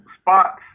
spots